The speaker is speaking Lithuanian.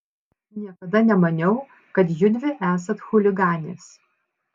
niekada nemaniau kad judvi esat chuliganės